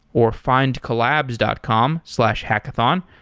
or findcollabs dot com slash hackathon.